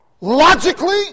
Logically